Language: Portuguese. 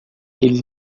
ele